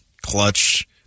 Clutch